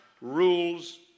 rules